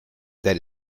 that